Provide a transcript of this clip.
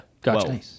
gotcha